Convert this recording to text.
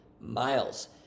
miles